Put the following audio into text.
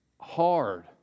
hard